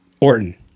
Orton